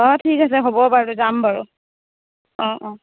অ' ঠিক আছে হ'ব বাৰু যাম বাৰু অ' অ'